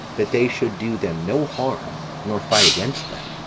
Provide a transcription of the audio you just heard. that they should do them no harm, nor fight against them,